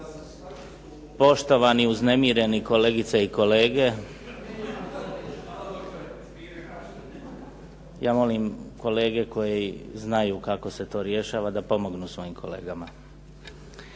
poštovani uznemireni kolegice i kolege. Ja molim kolege koji znaju kako se to rješava da pomognu svojim kolegama.